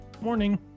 Morning